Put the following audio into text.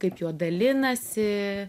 kaip juo dalinasi